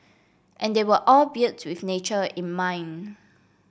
and they were all built with nature in mind